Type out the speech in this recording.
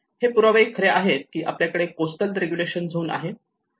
हे पुरावे खरे आहेत की आपल्याकडे कोस्टल रेग्युलेशन झोन आहे